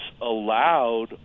allowed